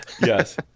Yes